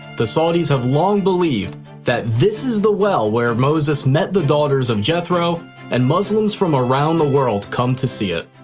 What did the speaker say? the saudis have long believed that this is the well where moses met the daughters of jethro and muslims from around the world come to see it.